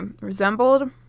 resembled